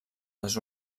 les